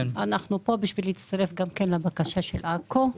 אנחנו פה בשביל להצטרף לבקשה של עכו,